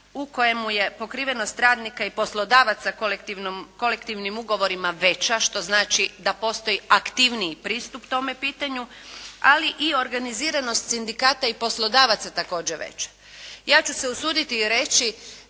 u kojemu je pokrivenost radnika i poslodavaca kolektivnim ugovorima veća, što znači da postoji aktivniji pristup tome pitanju, ali i organiziranost sindikata i poslodavaca također veće. Ja ću se usuditi i reći